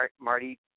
Marty